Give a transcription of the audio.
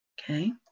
Okay